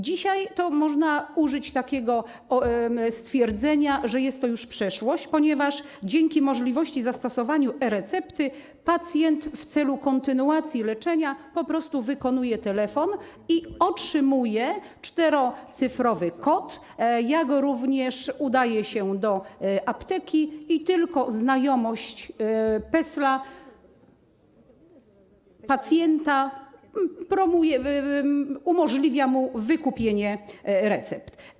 Dzisiaj można użyć stwierdzenia, że jest to już przeszłość, ponieważ dzięki możliwości zastosowania e-recepty pacjent w celu kontynuacji leczenia po prostu wykonuje telefon i otrzymuje czterocyfrowy kod, jak również udaje się do apteki i tylko znajomość PESEL-u pacjenta umożliwia mu wykupienie recepty.